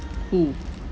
who